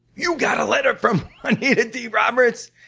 you got a letter from juanita d. roberts?